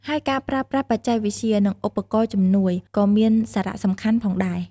ហើយការប្រើប្រាស់បច្ចេកវិទ្យា និងឧបករណ៍ជំនួយ ក៏មានសារៈសំខាន់ផងដែរ។